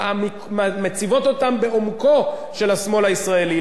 מציבים אותן בעומקו של השמאל הישראלי.